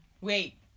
Wait